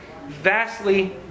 vastly